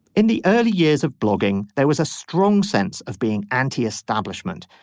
in the early years of blogging there was a strong sense of being anti-establishment.